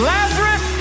Lazarus